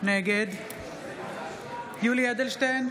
נגד יולי יואל אדלשטיין,